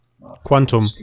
Quantum